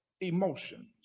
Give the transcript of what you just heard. emotions